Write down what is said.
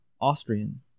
Austrian